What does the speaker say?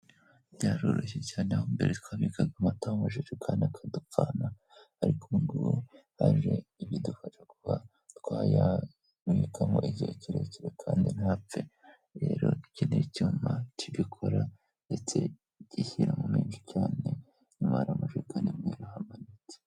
Byaroroshye cyane aho mbere twabikaga amata mu ijerikani akadupfana, ariko ubu ngubu haje ibidufasha kuba twayabikamo igihe kirekire kandi ntapfe. Rero iki ni icyuma kibikora ndetse gishyiramo menshi cyane. Inyuma hari amajerekani y'umweru ahamanitse.